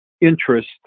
interest